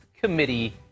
committee